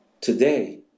today